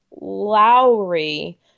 Lowry